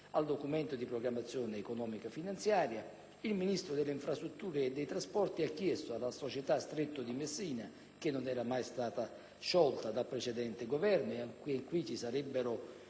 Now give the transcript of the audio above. sul Documento di programmazione economico-finanziaria, il Ministro delle infrastrutture e dei trasporti ha chiesto alla società Stretto di Messina, che non era mai stata sciolta dal precedente Governo (qui ci sarebbero